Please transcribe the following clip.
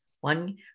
One